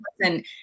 listen